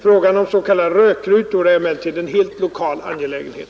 Frågan om s.k. rökrutor är emellertid en helt lokal angelägenhet.